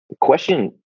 question